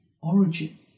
origin